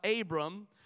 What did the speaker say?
Abram